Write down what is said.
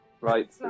Right